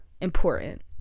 important